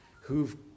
who've